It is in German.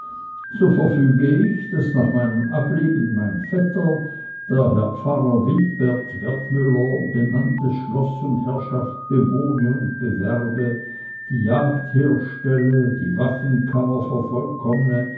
so verfüge ich daß nach meinem ableben mein vetter der herr pfarrer wilpert wertmüller benanntes schloß und herrschaft bewohne und bewerbe die jagd herstelle die waffenkammer vervollkommne